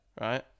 Right